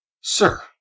Sir